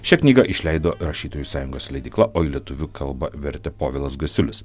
šią knygą išleido rašytojų sąjungos leidykla o į lietuvių kalbą vertė povilas gasiulis